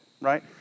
right